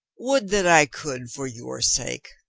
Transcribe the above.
would that i could for your sake.